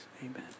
Amen